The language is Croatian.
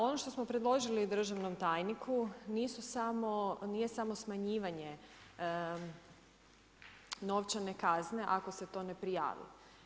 Ono što smo predložili državnom tajniku, nije samo smanjivanje novčane kazne ako se to ne prijavi.